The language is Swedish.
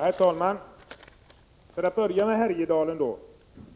Herr talman! För att börja med Härjedalen: Jan